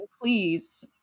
please